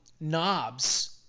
knobs